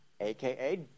AKA